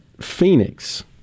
Phoenix